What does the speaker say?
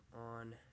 on